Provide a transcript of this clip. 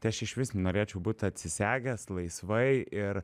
tai aš išvis norėčiau būt atsisegęs laisvai ir